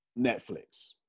Netflix